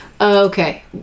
okay